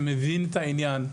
שמבין את העניין,